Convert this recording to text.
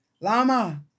Lama